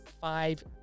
five